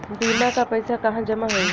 बीमा क पैसा कहाँ जमा होई?